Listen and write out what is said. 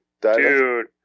dude